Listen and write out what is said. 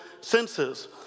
senses